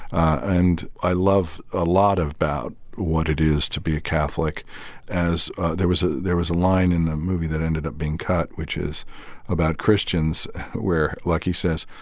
and i love a lot about what it is to be a catholic as there was ah there was a line in the movie that ended up being cut, which is about christians where lucky says,